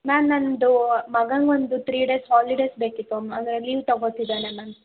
ma'am ನನ್ನದು ಮಗಂಗೆ ಒಂದು ತ್ರೀ ಡೇಸ್ ಹಾಲಿಡೇಸ್ ಬೇಕಿತ್ತು ಅಂದರೆ ಲೀವ್ ತಗೋತಿದ್ದಾನೆ ಮ್ಯಾಮ್